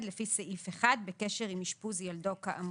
לפי סעיף 1 בקשר עם אשפוז ילדו כאמור.